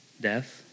death